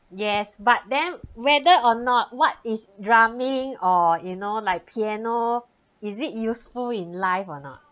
yes but then whether or not what is drumming or you know like piano is it useful in life or not